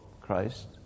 Christ